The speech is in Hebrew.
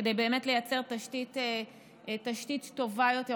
כדי לייצר תשתית טובה יותר,